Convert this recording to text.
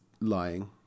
lying